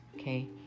okay